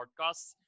podcasts